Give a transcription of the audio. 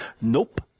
nope